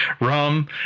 Rum